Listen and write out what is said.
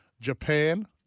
Japan